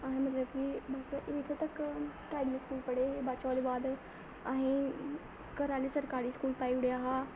आहें मतलब की बस एट्थ तक अकैडमी स्कूल पढ़े बाच ओह्दे बाद अहें ई घर आह्लें सरकारी स्कूल पाई ओड़ेआ हा